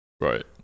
right